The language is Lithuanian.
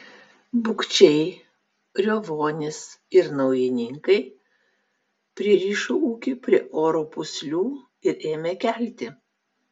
bukčiai riovonys ir naujininkai pririšo ūkį prie oro pūslių ir ėmė kelti